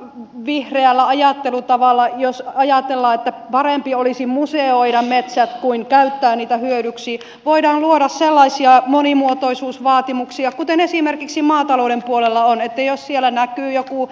eli ultravihreällä ajattelutavalla jos ajatellaan että parempi olisi museoida metsät kuin käyttää niitä hyödyksi voidaan luoda sellaisia monimuotoisuusvaatimuksia kuten esimerkiksi maatalouden puolella on että jos siellä näkyy joku